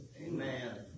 Amen